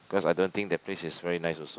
cause I don't think that place is very nice also